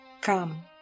Come